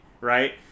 right